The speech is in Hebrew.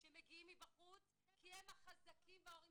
שמגיעים מבחוץ כי הם החזקים וההורים